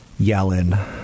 Yellen